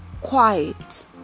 quiet